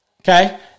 okay